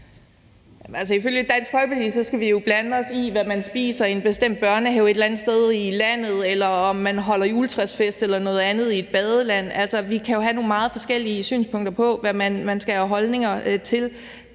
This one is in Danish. ifølge Dansk Folkeparti skal vi jo blande os i, hvad man spiser i en bestemt børnehave et eller andet sted i landet, eller om man holder juletræsfest eller noget andet i et badeland. Altså, vi kan jo have nogle meget forskellige synspunkter på, hvad man skal have holdninger til.